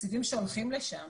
התקציבים שהולכים לשם